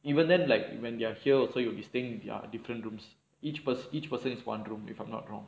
even then like when they're here also you will be staying in err different rooms each pers~ each person is one room if I'm not wrong